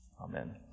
Amen